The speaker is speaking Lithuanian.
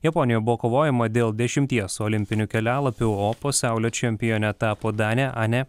japonijoje buvo kovojama dėl dešimties olimpinių kelialapių o pasaulio čempione tapo danė anė